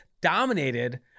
dominated